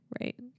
Right